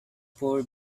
poor